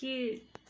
கீழ்